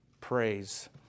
praise